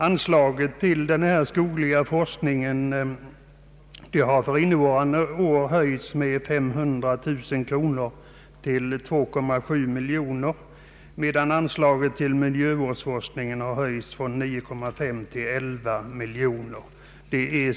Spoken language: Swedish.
Anslaget till den skogliga forskningen har för innevarande år höjts med 500 000 kronor till 2,7 miljoner, medan anslaget till miljövårdsforskningen har höjts från 9,5 till 11 miljoner kronor.